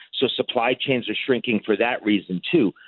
so supply chains are shrinking for that reason, too.